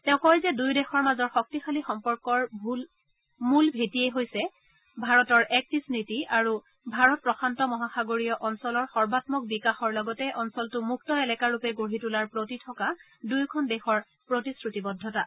তেওঁ কয় যে দুয়ো দেশৰ মাজৰ শক্তিশালী সম্পৰ্কৰ ভূল ভেঁটিয়ে হৈছে ভাৰতৰ এক্ট ইষ্ট নীতি আৰু ভাৰত প্ৰশান্ত মহাসাগৰীয় অঞ্চলৰ সৰ্বাম্মক বিকাশৰ লগতে অঞ্চলটো মুক্ত এলেকাৰূপে গঢ়ি তোলাৰ প্ৰতি থকা দুয়ো দেশৰ প্ৰতিশ্ৰুতিবদ্ধতা